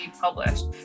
published